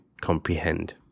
comprehend